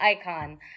icon